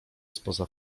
spoza